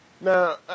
Now